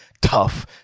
tough